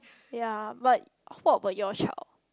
ya but what about your child